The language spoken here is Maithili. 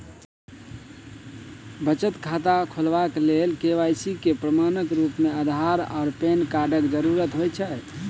बचत खाता खोलेबाक लेल के.वाई.सी केँ प्रमाणक रूप मेँ अधार आ पैन कार्डक जरूरत होइ छै